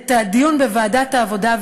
את הדיון בוועדת העבודה,